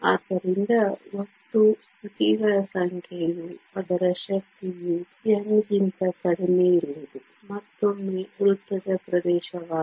ಆದ್ದರಿಂದ ಒಟ್ಟು ಸ್ಥಿತಿಗಳ ಸಂಖ್ಯೆಯು ಅದರ ಶಕ್ತಿಯು n ಗಿಂತ ಕಡಿಮೆಯಿರುವುದು ಮತ್ತೊಮ್ಮೆ ವೃತ್ತದ ಪ್ರದೇಶವಾಗಿದೆ